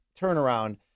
turnaround